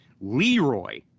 Leroy